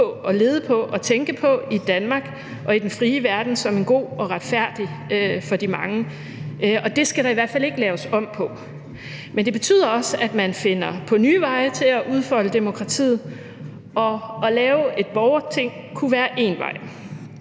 og lede på og tænke på i Danmark og i den frie verden, som er god og retfærdig for de mange. Og det skal der i hvert fald ikke laves om på. Men det betyder også, at man finder på nye veje til at udfolde demokratiet, og at lave et borgerting kunne være én vej.